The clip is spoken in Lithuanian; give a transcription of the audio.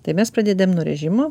tai mes pradedam nuo režimo